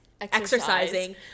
exercising